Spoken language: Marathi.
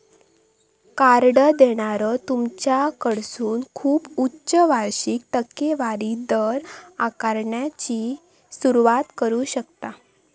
कार्ड देणारो तुमच्याकडसून खूप उच्च वार्षिक टक्केवारी दर आकारण्याची सुरुवात करू शकता